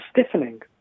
stiffening